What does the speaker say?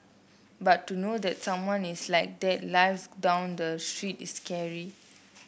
but to know that someone is like that lives down the street is scary